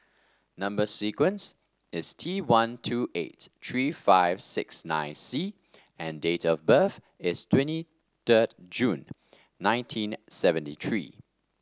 number sequence is T one two eight three five six nine C and date of birth is twenty third June nineteen seventy three